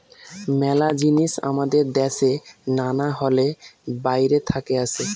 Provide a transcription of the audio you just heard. মেলা জিনিস আমাদের দ্যাশে না হলে বাইরে থাকে আসে